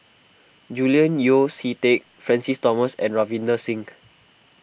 Julian Yeo See Teck Francis Thomas and Ravinder Singh